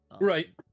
right